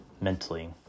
mentally